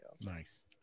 Nice